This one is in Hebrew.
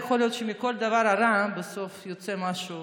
יכול להיות שמכל דבר רע בסוף יוצא משהו